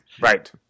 Right